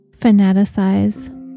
fanaticize